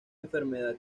enfermedad